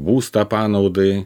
būstą panaudai